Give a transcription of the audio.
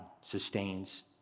sustains